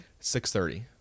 6.30